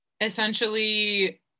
essentially